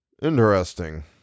Interesting